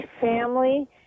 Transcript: family